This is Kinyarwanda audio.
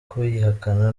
kuyihakana